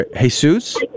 Jesus